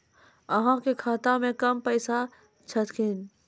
अहाँ के खाता मे कम पैसा छथिन?